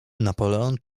napoleon